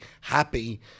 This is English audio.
happy